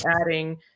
adding